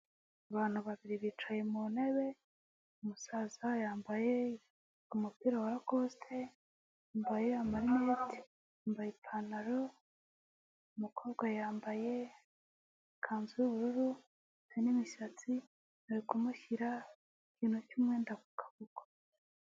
Abantu babiri bicaye mu ntebe, umusaza yambaye umupira wa rakosite, yambaye ipantaro, umukobwa yambaye ikanzu y'ubururu afite n'imisatsi, bari kumushyira ikintu cy'umwenda ku kaboko.